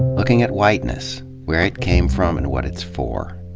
looking at whiteness where it came from and what it's for.